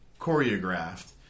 choreographed